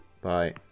Bye